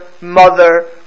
mother